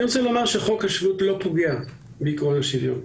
אני רוצה לומר שחוק השבות לא פוגע בעקרון השוויון.